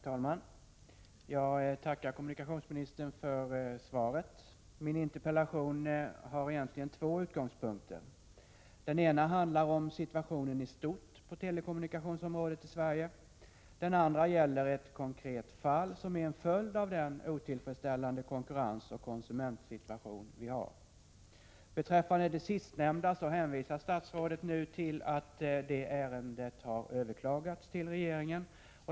Herr talman! Jag tackar kommunikationsministern för svaret. Min interpellation har egentligen två utgångspunkter: Den ena handlar om situationen i stort på telekommunikationsområdet i Sverige. Den andra gäller ett konkret fall som är en följd av den otillfredsställande konkurrensoch konsumentsituation vi har. Beträffande det sistnämnda så hänvisar statsrådet nu till att det ärendet har överklagats till regeringen.